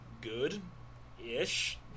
good-ish